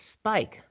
spike